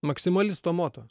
maksimalisto moto